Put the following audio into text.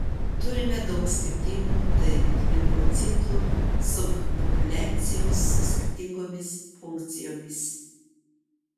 turime daug skirtingų t limfocitų subpopuliacijų su skirtingomis funkcijomis